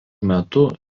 metu